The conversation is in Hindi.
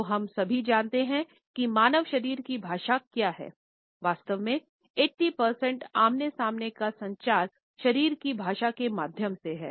तो हम सभी जानते हैं कि मानव शरीर की भाषा क्या है वास्तव में 80 प्रतिशत आमने सामने का संचार शरीर की भाषा के माध्यम से है